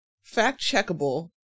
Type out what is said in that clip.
fact-checkable